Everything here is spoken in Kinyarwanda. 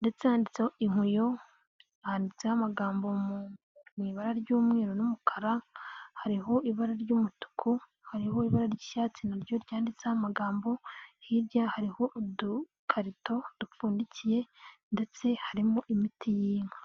ndetse anditseho inkuyo, handitseho amagambo mu ibara ry'umweru n'umukara, hariho ibara ry'umutuku, hariho ibara ry'icyatsi na ryo ryanditseho amagambo, hirya hariho udukarito dupfundikiye ndetse harimo imiti y'inka.